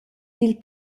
dil